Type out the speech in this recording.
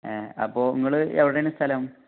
അപ്പോൾ നിങ്ങൾ എവിടെയാണ് സ്ഥലം